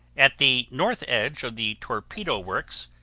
at the north edge of the torpedo works,